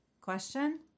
question